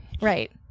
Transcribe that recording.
right